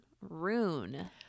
rune